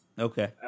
Okay